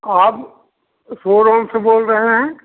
कहाँ सोरूम से बोल रहे हैं